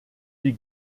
die